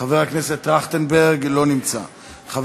חבר הכנסת טרכטנברג, לא נמצא,